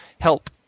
help